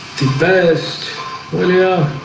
the best well, yeah